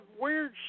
weird